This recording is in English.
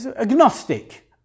agnostic